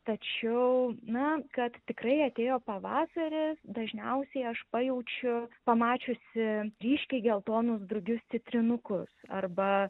tačiau na kad tikrai atėjo pavasaris dažniausiai aš pajaučiu pamačiusi ryškiai geltonus drugius citrinukus arba